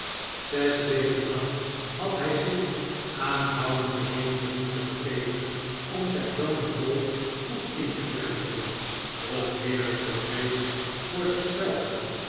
zes weken lang had hij zich aanhoudend de meeste moeite gegeven om zijn zoon de rol goed in te prenten doch meer om de vrees voor